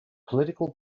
political